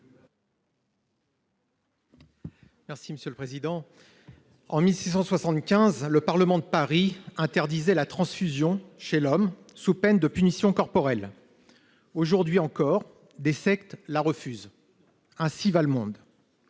explication de vote. En 1675, le Parlement de Paris interdisait la transfusion chez l'homme, sous peine de punitions corporelles. Encore maintenant, des sectes la refusent. Ainsi va le monde